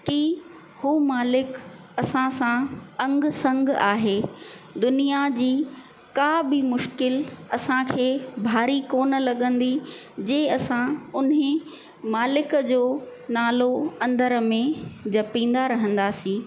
की हो मालिक असां सा अंग संग आहे दुनियां जी का बि मुश्किल असांखे भारी कोन लॻंदी जे असां उन मालिक जो नालो अंदरि में जपींदा रहंदासीं